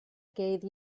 gave